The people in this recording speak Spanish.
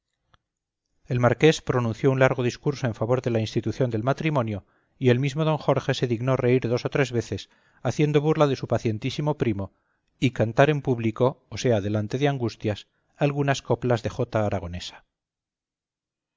el marqués pronunció un largo discurso en favor de la institución del matrimonio y el mismo d jorge se dignó reír dos o tres veces haciendo burla de su pacientísimo primo y cantar en público o sea delante de angustias algunas coplas de jota